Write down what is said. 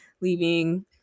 leaving